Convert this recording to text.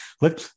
look